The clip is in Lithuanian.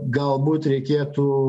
galbūt reikėtų